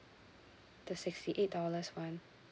the sixty eight dollars [one]